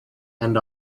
and